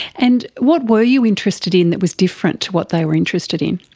and what were you interested in that was different to what they were interested in?